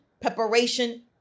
preparation